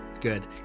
good